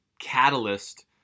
catalyst